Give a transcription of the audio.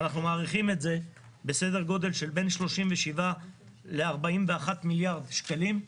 אנחנו מעריכים את זה בסדר גודל של בין 37 ל-41 מיליארד שקלים.